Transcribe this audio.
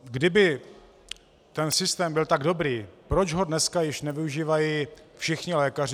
Kdyby ten systém byl tak dobrý, proč ho dneska již nevyužívají všichni lékaři?